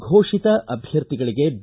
ಘೋಷಿತ ಅಭ್ಯರ್ಥಿಗಳಗೆ ಬಿ